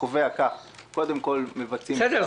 שקובע כך: קודם כול מבצעים --- בסדר,